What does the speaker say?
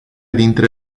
dintre